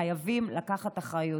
חייבים לקחת אחריות.